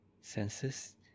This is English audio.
senses